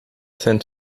zijn